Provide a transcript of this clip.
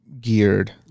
geared